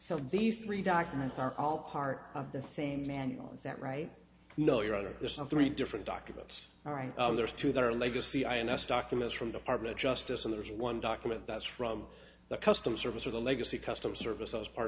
so these three documents are all part of the same manual is that right you know your other there's some three different documents all right there's two that are legacy ins documents from department of justice and there's one document that's from the customs service or the legacy customs service as part